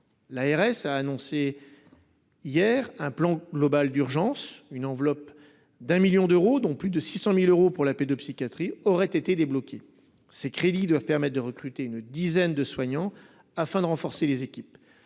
L’ARS a annoncé hier un plan global d’urgence : une enveloppe de 1 million d’euros, dont plus de 600 000 euros pour la pédopsychiatrie, aurait été débloquée. Ces crédits doivent permettre de recruter une dizaine de soignants afin de renforcer les équipes.